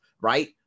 right